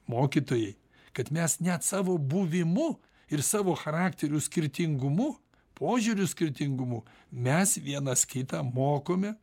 mokytojai kad mes net savo buvimu ir savo charakterių skirtingumu požiūrių skirtingumu mes vienas kitą mokome